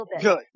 good